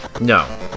No